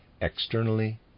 externally